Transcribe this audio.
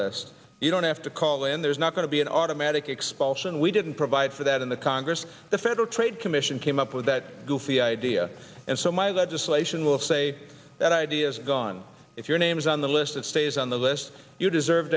list you don't have to call and there's not going to be an automatic expulsion we didn't provide for that in the congress the federal trade commission came up with that goofy idea and so my that just place in will say that idea is gone if your name is on the list it stays on the list you deserve